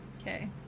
Okay